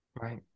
Right